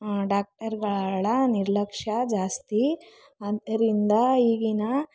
ಡಾಕ್ಟರ್ಗಳ ನಿರ್ಲಕ್ಷ್ಯ ಜಾಸ್ತಿ ಆದ್ದರಿಂದ ಈಗಿನ